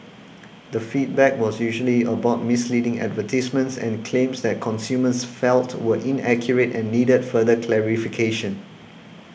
the feedback was usually about misleading advertisements and claims that consumers felt were inaccurate and needed further clarification